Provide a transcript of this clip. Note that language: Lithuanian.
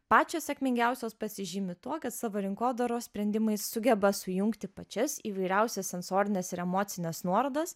pačios sėkmingiausios pasižymi tuo kad savo rinkodaros sprendimais sugeba sujungti pačias įvairiausias sensorines ir emocines nuorodas